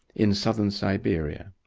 in southern siberia,